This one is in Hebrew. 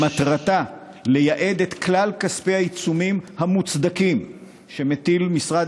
שמטרתה לייעד את כלל כספי העיצומים המוצדקים שמטיל משרד